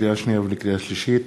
לקריאה שנייה ולקריאה שלישית: